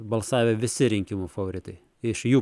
balsavę visi rinkimų favoritai iš jų